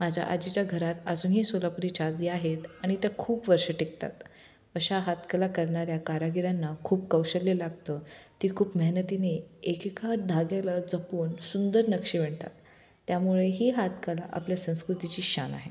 माझ्या आजीच्या घरात अजूनही सोलापुरी चादरी आहेत आणि त्या खूप वर्ष टिकतात अशा हातकला करणाऱ्या कारागिर्यांना खूप कौशल्य लागतं ती खूप मेहनतीने एकेका धाग्याला जपून सुंदर नक्षी विणतात त्यामुळे ही हातकला आपल्या संस्कृतीची शान आहे